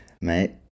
mate